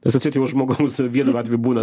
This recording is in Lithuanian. nes atseit jau žmogaus vienu atveju būna